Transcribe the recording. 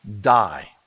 die